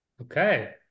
Okay